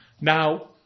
Now